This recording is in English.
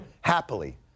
happily